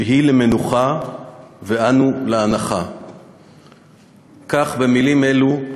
שהיא למנוחה ואנו לאנחה"; כך, במילים אלו,